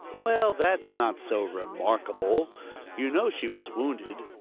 well, that's not so remarkable you know she was wounded.